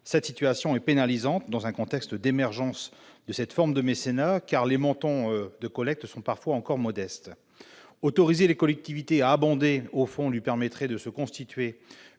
Cette situation est pénalisante dans un contexte d'émergence de cette forme de mécénat, car les montants de collecte sont parfois encore modestes. Autoriser les collectivités à abonder ce fonds lui permettrait de se constituer